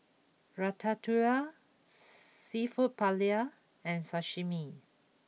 Ratatouille Seafood Paella and Sashimi